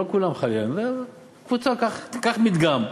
לא כולם, קח מדגם.